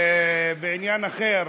בעניין אחר,